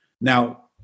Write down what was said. Now